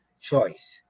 choice